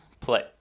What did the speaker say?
play